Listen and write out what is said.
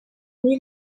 muri